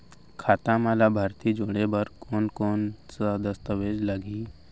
खाता म लाभार्थी जोड़े बर कोन कोन स दस्तावेज लागही?